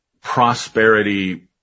prosperity